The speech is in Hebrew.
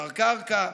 בעיקר קרקע,